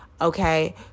Okay